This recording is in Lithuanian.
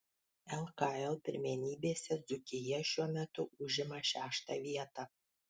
lkl pirmenybėse dzūkija šiuo metu užima šeštą vietą